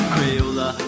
Crayola